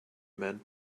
men